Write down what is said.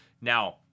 Now